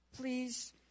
please